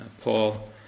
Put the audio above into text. Paul